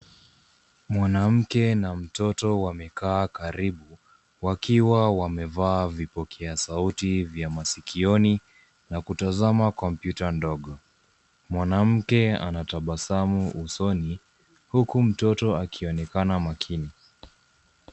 Mwanamke na mtoto wamekaa karibu wakiwa wamevaa vipokeasauti vya maskioni na kutazama kompyuta ndogo. Mwanamke anatabasamu usoni huku mtoto akionekana makini.